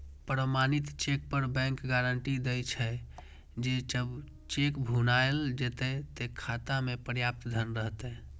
प्रमाणित चेक पर bank guarantee दै छे, जे जब चेक भुनाएल जेतै, ते खाता मे पर्याप्त धन रहतै